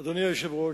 אדוני היושב-ראש,